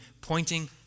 pointing